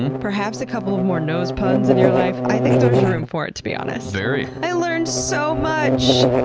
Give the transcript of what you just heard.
and perhaps a couple of more nose puns in your life. i think there's room for it to be honest. very. i learned so much!